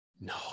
No